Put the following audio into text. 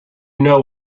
know